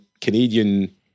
canadian